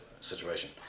situation